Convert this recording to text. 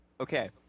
Okay